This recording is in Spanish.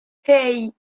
hey